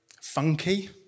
funky